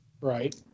Right